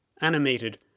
animated